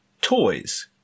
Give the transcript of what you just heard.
toys